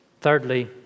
Thirdly